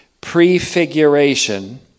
Prefiguration